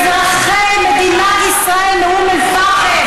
אזרחי מדינת ישראל מאום אל-פחם,